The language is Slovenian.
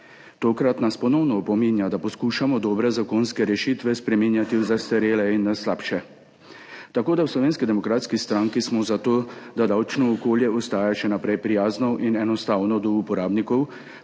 Tokrat nas ponovno opominja, da poskušamo dobre zakonske rešitve spreminjati v zastarele in na slabše. Tako da smo v Slovenski demokratski stranki za to, da davčno okolje ostaja še naprej prijazno in enostavno do uporabnikov,